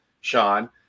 Sean